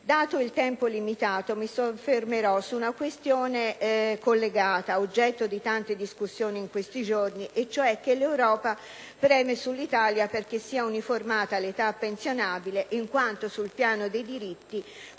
Dato il tempo limitato, mi soffermerò su una questione collegata, oggetto di tante discussioni in questi giorni, e cioè sul fatto che l'Europa preme sull'Italia perché sia uniformata l'età pensionabile in quanto, sul piano dei diritti, considera